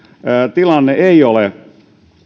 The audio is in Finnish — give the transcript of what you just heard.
tilanne ei ole